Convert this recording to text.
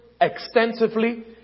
extensively